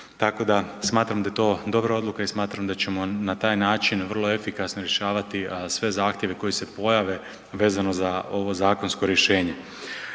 Tako da smatram da je to dobra odluka i smatram da ćemo na taj način vrlo efikasno rješavati sve zahtjeve koji se pojave vezano za ovo zakonsko rješenje.